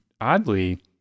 oddly